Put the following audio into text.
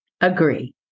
Agree